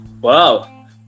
Wow